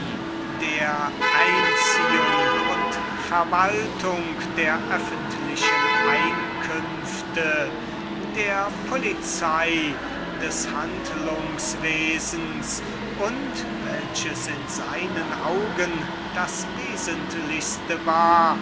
der einziehung und verwaltung der öffentlichen einkünfte der polizei der landwirtschaft des handlungs wesens und welches in seinen augen eines der wesentlichsten stücke war